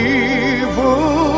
evil